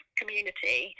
community